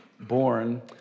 born